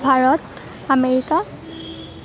Bharat America